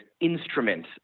instrument